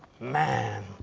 man